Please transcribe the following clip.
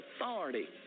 authority